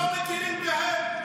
אתם לא מכירים בהם.